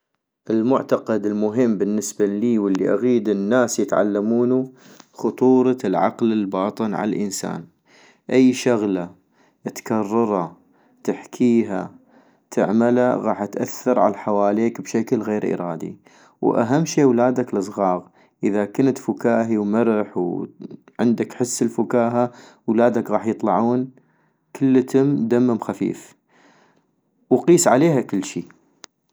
المعتقد المهم بالنسبة الي والي اغيد الناس يتعلمونو خطورة العقل الباطن عالانسان - اي شغلة تكررا تحكيها تعملا غاح تأثر عالحواليك بشكل غير ارادي - واهم شي ولادك الصغاغ ، اذا كنت فكاهي ومرح وعندك حس الفكاهة ولادك غاح يطلعون كلتم دمم خفيف ، وقيس عليها كلشي